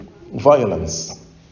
violence